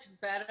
better